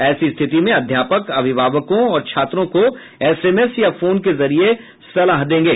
ऐसी स्थिति में अध्यापक अभिभावकों और छात्रों को एसएमएस या फोन के जरिये सलाह देंगे